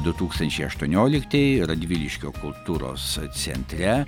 du tūkstančiai aštuonioliktieji radviliškio kultūros centre